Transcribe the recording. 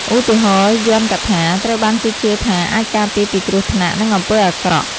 ឧទាហរណ៍ យ័ន្តកថា ត្រូវបានគេជឿថាអាចការពារពីគ្រោះថ្នាក់ និងអំពើអាក្រក់។